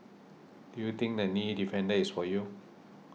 do you think the Knee Defender is for you